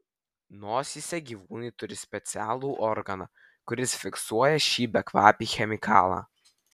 nosyse gyvūnai turi specialų organą kuris fiksuoja šį bekvapį chemikalą